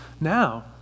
now